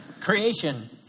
creation